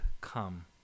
come